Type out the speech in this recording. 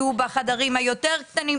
יהיו בחדרים היותר קטנים.